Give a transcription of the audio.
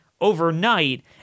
overnight